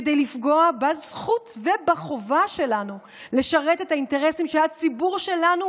כדי לפגוע בזכות ובחובה שלנו לשרת את האינטרסים של הציבור שלנו,